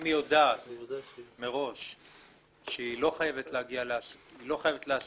אם היא יודעת מראש שהיא לא חייבת למעשה,